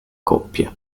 coppia